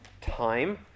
time